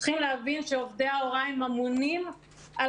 צריכים להבין שעובדי ההוראה אמונים על